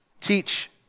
teach